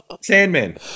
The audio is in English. Sandman